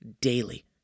daily